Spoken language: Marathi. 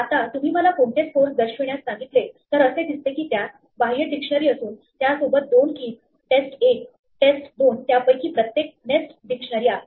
आता तुम्ही मला कोणते स्कोर्स दर्शविण्यास सांगितले तर असे दिसते की त्यास बाह्य डिक्शनरी असून त्यासोबत दोन keys टेस्ट 1 टेस्ट 2 त्यापैकी प्रत्येक नेस्ट डिक्शनरी आहे